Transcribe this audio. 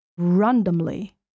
randomly